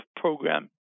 program